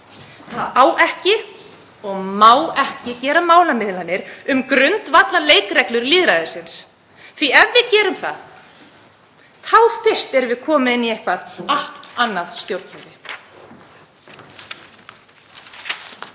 þá á ekki og má ekki gera málamiðlanir um grundvallarleikreglur lýðræðisins, því að ef við gerum það þá fyrst erum við komin inn í eitthvað allt annað stjórnkerfi.